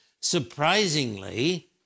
Surprisingly